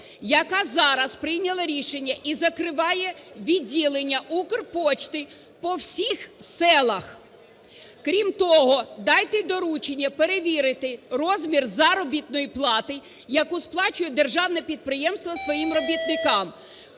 яка зараз прийняла рішення і закриває відділення "Укрпошти" по всіх селах. Крім того, дайте доручення перевірити розміри заробітної плати, яку сплачує державне підприємство своїм робітникам.